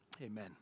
Amen